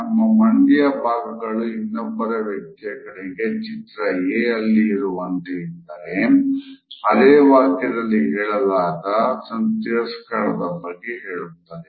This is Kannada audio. ನಮ್ಮ ಮಂಡಿಯ ಭಾಗಗಳು ಇನ್ನೊಬ್ಬರ ವ್ಯಕ್ತಿಯ ಕಡೆಗೆ ಚಿತ್ರ ಎ ಅಲ್ಲಿ ಇರುವಂತೆ ಇದ್ದಾರೆ ಅದೇ ವಾಕ್ಯದಲ್ಲಿ ಹೇಳಲಾಗದ ತಿರಸ್ಕಾರದ ಬಗ್ಗೆ ಹೇಳುತ್ತದೆ